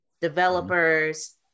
developers